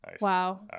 Wow